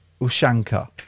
Ushanka